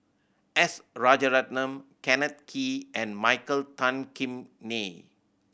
S Rajaratnam Kenneth Kee and Michael Tan Kim Nei